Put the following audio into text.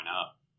up